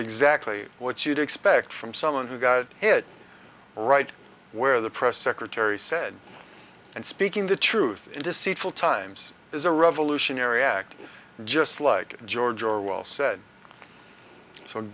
exactly what you'd expect from someone who got hit right where the press secretary said and speaking the truth in deceitful times is a revolutionary act just like george orwell said